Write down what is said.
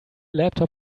laptop